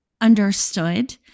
understood